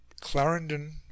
Clarendon